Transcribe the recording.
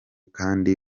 kandi